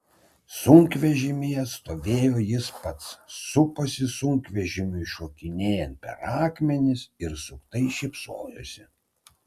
sunkvežimyje stovėjo jis pats suposi sunkvežimiui šokinėjant per akmenis ir suktai šypsojosi